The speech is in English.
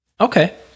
Okay